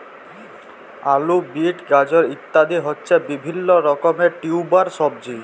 আলু, বিট, গাজর ইত্যাদি হচ্ছে বিভিল্য রকমের টিউবার সবজি